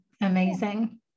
amazing